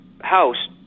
house